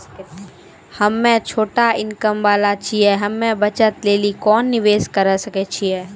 हम्मय छोटा इनकम वाला छियै, हम्मय बचत लेली कोंन निवेश करें सकय छियै?